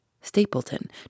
Stapleton